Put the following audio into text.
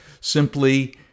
simply